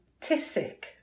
Tissic